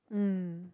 mm